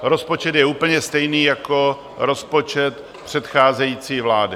Rozpočet je úplně stejný jako rozpočet přecházející vlády.